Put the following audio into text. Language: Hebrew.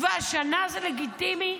והשנה זה לגיטימי?